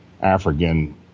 african